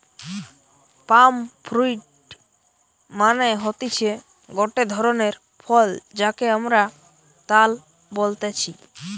পাম fruit মানে হতিছে গটে ধরণের ফল যাকে আমরা তাল বলতেছি